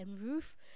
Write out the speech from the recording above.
roof